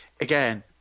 again